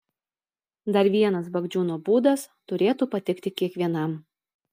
dar vienas bagdžiūno būdas turėtų patikti kiekvienam